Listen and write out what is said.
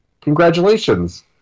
Congratulations